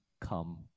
come